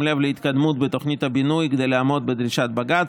לב להתקדמות בתוכניות הבינוי כדי לעמוד בדרישות בג"ץ,